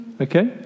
Okay